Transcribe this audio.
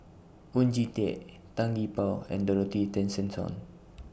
Oon Jin Teik Tan Gee Paw and Dorothy Tessensohn